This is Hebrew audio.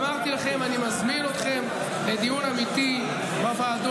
אמרתי לכם: אני מזמין אתכם לדיון אמיתי בוועדות.